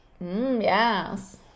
yes